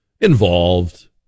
involved